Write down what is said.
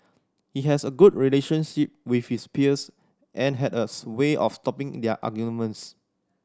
he has a good relationship with his peers and had a sway of stopping their arguments